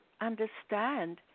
understand